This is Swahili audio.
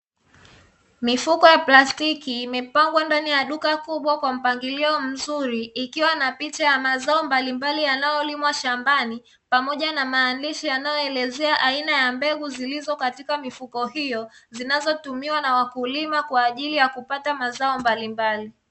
Mifuko ya plastiki, imepangwa ndani ya duka kubwa kwa mpangilio mzuri, ikiwa na picha ya mazao mbalimbali yanayolimwa shambani pamoja na maandishi yanayoelezea aina ya mbegu zilizo katika mifuko hiyo, zinazotumiwa na wakulima kwa ajili ya kupata mazao mbalimbali.